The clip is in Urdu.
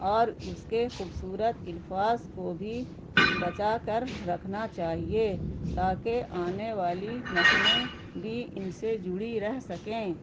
اور اس کے خوبصورت الفاظ کو بھی بچا کر رکھنا چاہیے تاکہ آنے والی نسلیں بھی ان سے جڑی رہ سکیں